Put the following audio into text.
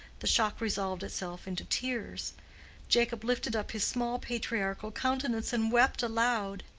the shock resolved itself into tears jacob lifted up his small patriarchal countenance and wept aloud.